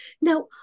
Now